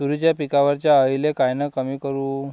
तुरीच्या पिकावरच्या अळीले कायनं कमी करू?